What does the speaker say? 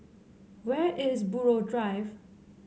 where is Buroh Drive